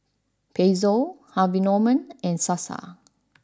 Pezzo Harvey Norman and Sasa